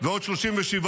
כל אבן ומנסים כל יוזמה